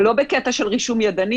אבל לא בקטע של רישום ידני.